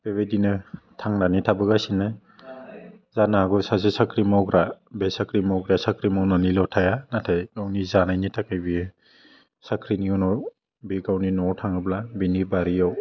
बेबायदिनो थांनानै थाबोगासिनो जोनो हागौ सासे साख्रि मावग्रा बे साख्रि मावग्राया साख्रि मावनानैल' थाया नाथाय गावनि जानायनि थाखाय बियो साख्रिनि उनाव बे गावनि न'वाव थाङोब्ला बिनि बारियाव